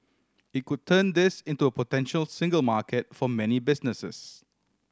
it could turn this into a potential single market for many businesses